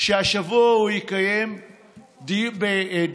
שהשבוע הוא יקיים דיון